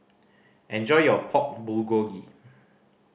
enjoy your Pork Bulgogi